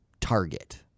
Target